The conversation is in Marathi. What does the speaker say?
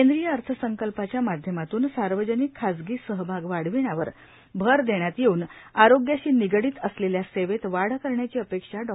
केंद्रीय अर्थसंकल्पाच्या माध्यमातून सार्वजनिक खाजगी सहभाग वाढविण्यावर भर देण्यात येऊन आरोग्याशी निगडीत असलेल्या सेवेत वाढ करण्याची अपेक्षा डॉ